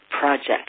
project